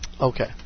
Okay